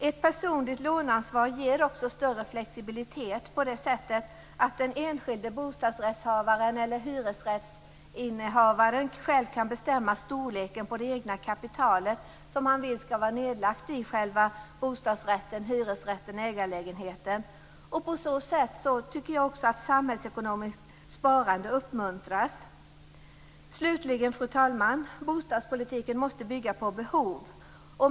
Ett personligt låneansvar ger också större flexibilitet på det sättet att den enskilde bostadsrättshavaren eller hyresrättsinnehavaren själv kan bestämma storleken på det egna kapital som han vill skall vara nedlagt i själva bostadsrätten, hyresrätten eller ägarlägenheten. På så sätt tycker jag också att samhällsekonomiskt sparande uppmuntras. Slutligen, fru talman, måste bostadspolitiken bygga på behov.